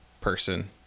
person